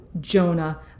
Jonah